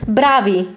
bravi